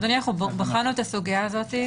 בחנו את הסוגיה הזאת,